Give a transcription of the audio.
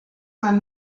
man